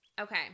Okay